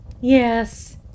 yes